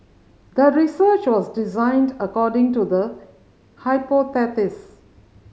the research was designed according to the hypothesis